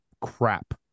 crap